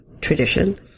tradition